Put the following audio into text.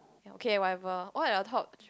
okay whatever all on your talk